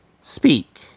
Speak